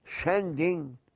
sending